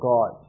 God